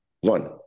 One